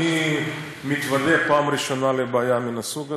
אני מתוודע בפעם הראשונה לבעיה מן הסוג הזה.